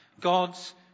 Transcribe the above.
God's